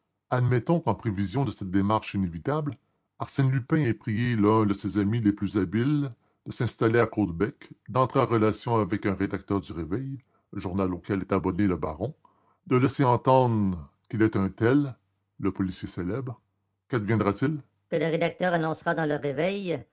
admettons qu'en prévision de cette démarche inévitable arsène lupin ait prié l'un de ses amis les plus habiles de s'installer à caudebec d'entrer en relations avec un rédacteur du réveil journal auquel est abonné le baron de laisser entendre qu'il est un tel le policier célèbre quadviendra t il que le rédacteur annoncera dans le réveil